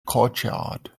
courtyard